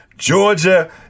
Georgia